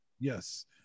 yes